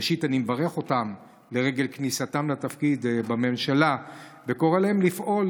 ראשית אני מברך אותם לרגל כניסתם לתפקיד בממשלה וקורא להם לפעול,